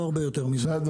לא הרבה יותר מזה.